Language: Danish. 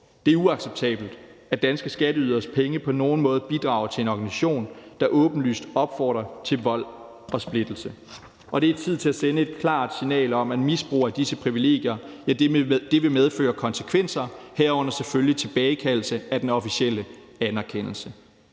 Det er uacceptabelt, at danske skatteyderes penge på nogen måde bidrager til en organisation, der åbenlyst opfordrer til vold og splittelse, og det er tid til at sende et klart signal om, at misbrug af disse privilegier vil medføre konsekvenser, herunder selvfølgelig tilbagekaldelse af den officielle anerkendelse.